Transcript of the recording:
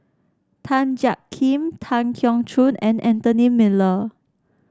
Tan Jiak Kim Tan Keong Choon and Anthony Miller